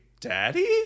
daddy